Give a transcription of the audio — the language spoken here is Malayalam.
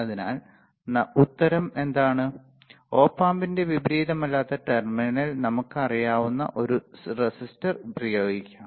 അതിനാൽ ഉത്തരം എന്താണ് ഒപ് ആമ്പിന്റെ വിപരീതമല്ലാത്ത ടെർമിനലിൽ നമുക്ക് അറിയാവുന്ന ഒരു റെസിസ്റ്റർ ഉപയോഗിക്കാം